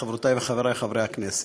חברותי וחברי חברי הכנסת,